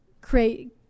create